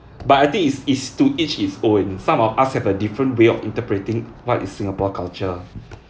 but I think is is to each his own some of us have a different way of interpreting what is singapore culture